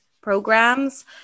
programs